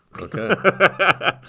okay